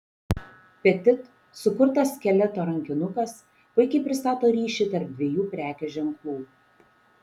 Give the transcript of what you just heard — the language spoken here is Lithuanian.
petit sukurtas skeleto rankinukas puikiai pristato ryšį tarp dviejų prekės ženklų